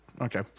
Okay